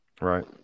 right